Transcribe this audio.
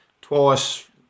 twice